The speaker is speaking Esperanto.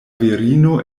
virino